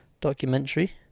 Documentary